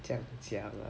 这样讲 ah